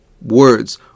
words